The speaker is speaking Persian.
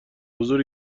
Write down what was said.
حضور